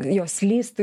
jos slystų